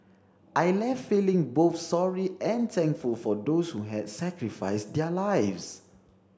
I left feeling both sorry and thankful for those who had sacrificed their lives